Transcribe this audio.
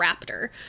raptor